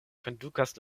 kondukas